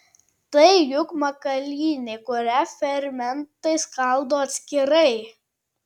tai juk makalynė kurią fermentai skaldo atskirai